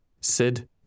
Sid